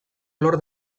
lor